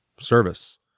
service